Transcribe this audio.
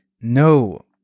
No